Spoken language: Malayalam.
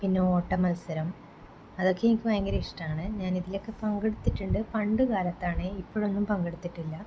പിന്നെ ഓട്ടമത്സരം അതൊക്കെ എനിക്ക് ഭയങ്കര ഇഷ്ടമാണ് ഞാൻ ഇതിലൊക്കെ പങ്കെടുത്തിട്ടുണ്ട് പണ്ടുകാലത്താണ് ഇപ്പോഴൊന്നും പങ്കെടുത്തിട്ടില്ല